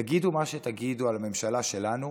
תגידו מה שתגידו על הממשלה שלנו,